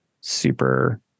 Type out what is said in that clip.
super